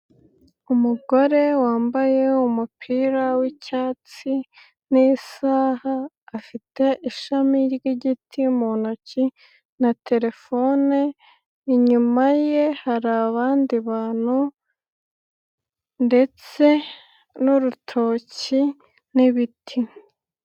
Umugore wambaye umupira w'icyatsi n'isaha, afite ishami ry'igiti mu ntoki na terefone, inyuma ye hari abandi bantu ndetse n'urutoki n'ibiti.